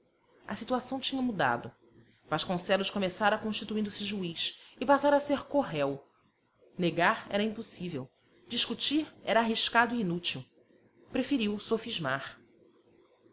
a situação tinha mudado vasconcelos começara constituindo se juiz e passara a ser co réu negar era impossível discutir era arriscado e inútil preferiu sofismar